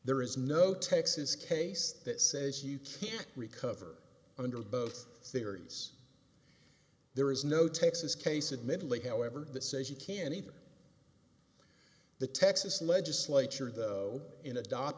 there is no texas case that says you can't recover under both theories there is no texas case admittedly however that says you can either the texas legislature though in